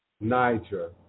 Niger